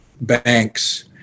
Banks